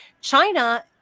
China